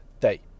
day